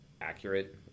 accurate